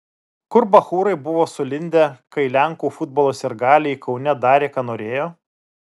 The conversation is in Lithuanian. kur bachūrai buvo sulindę kai lenkų futbolo sirgaliai kaune darė ką norėjo